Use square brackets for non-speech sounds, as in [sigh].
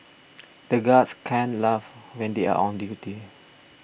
[noise] the guards can't laugh when they are on duty